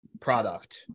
product